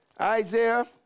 Isaiah